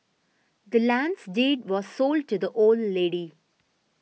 the land's deed was sold to the old lady